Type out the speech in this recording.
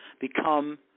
become